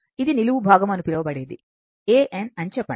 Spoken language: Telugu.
ఇది నిలువు భాగం అని పిలవబడేది A N అని చెప్పండి